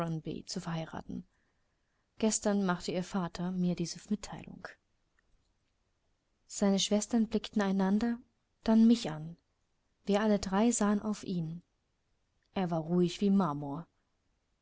zu verheiraten gestern machte ihr vater mir diese mitteilung seine schwestern blickten einander dann mich an wir alle drei sahen auf ihn er war ruhig wie marmor